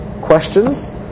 questions